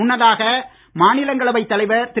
முன்னதாக மாநிலங்களவைத் தலைவர் திரு